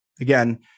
again